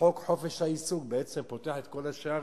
חוק חופש העיסוק בעצם פותח את כל השערים.